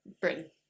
Britain